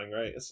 right